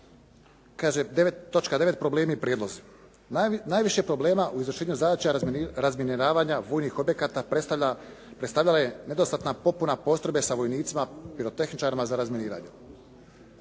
točka 9. Problemi i prijedlozi. Najviše problema u izvršenju zadaća razminiravanja vojnih objekata predstavljala je nedostatna popuna postrojbe sa vojnicima pirotehničarima za razminiranje.